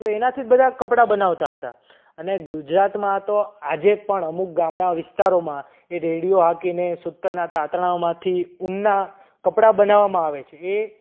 તો એનાથી જ બધા કપડા બનાવતા હતા અને ગુજરાતમાં તો આજે પણ અમુક ગામડા વિસ્તારોમાં એ રેંટિયો હાંકીને એ સુતરના તાંતણામાંથી ઊનના કપડાં બનાવવામાં આવે છે એ